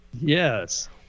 Yes